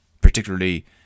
particularly